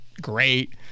great